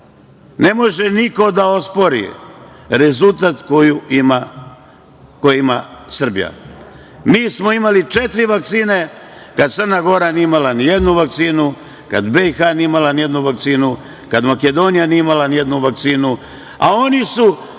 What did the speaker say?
može niko da ospori rezultat koji ima Srbija. Mi smo imali četiri vakcine, kad Crna Gora nije imala ni jednu vakcinu, kad BiH nije imala ni jednu vakcinu, kad Makedonija nije imala ni jednu vakcinu, a oni su